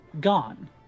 gone